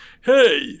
hey